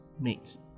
mates